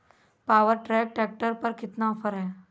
Power track tractor पर कितना offer है?